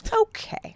Okay